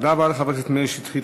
תודה רבה לחבר הכנסת מאיר שטרית.